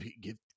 give